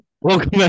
Welcome